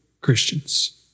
Christians